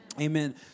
Amen